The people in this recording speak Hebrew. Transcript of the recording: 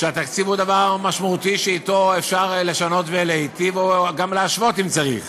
התקציב הוא דבר משמעותי שאתו אפשר לשנות ולהיטיב או גם להשוות אם צריך.